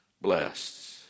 Blessed